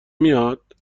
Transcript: میاد